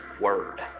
word